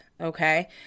okay